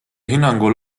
hinnangul